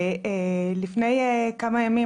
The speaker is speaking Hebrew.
ולפני כמה ימים,